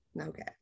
okay